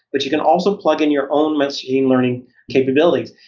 but you can also plug in your own machine learning capabilities.